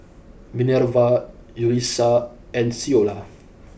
Minerva Yulissa and Ceola